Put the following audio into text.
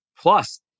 Plus